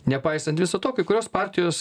nepaisant viso to kai kurios partijos